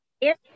yes